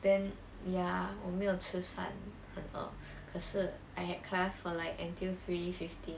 then ya 我没有吃饭很饿可是 I had class for like until three fifteen